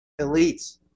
Elites